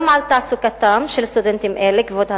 גם על תעסוקתם של סטודנטים אלה, כבוד השר,